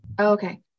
okay